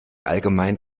allgemein